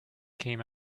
came